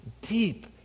deep